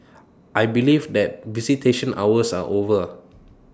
I believe that visitation hours are over